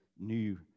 new